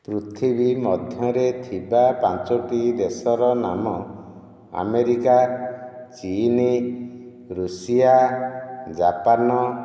ପୃଥିବୀ ମଧ୍ୟରେ ଥିବା ପାଞ୍ଚୋଟି ଦେଶର ନାମ ଆମେରିକା ଚୀନ ରୁଷିଆ ଜାପାନ